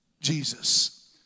Jesus